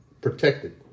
protected